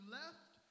left